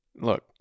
Look